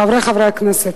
חברי חברי הכנסת,